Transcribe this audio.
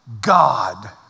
God